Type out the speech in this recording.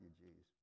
refugees